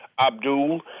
Abdul